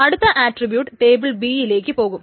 അടുത്ത attribute table B യിലേക്ക് പോകും